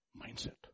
mindset